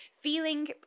feeling